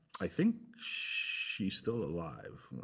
i think she's still alive,